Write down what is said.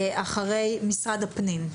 אחרי משרד הפנים.